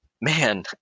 man